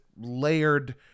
layered